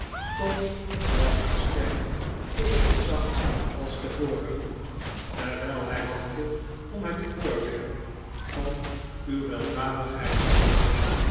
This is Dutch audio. toch was haar stem even zacht als tevoren terwijl hij wachtte om het voorwerp van uw weldadigheid te worden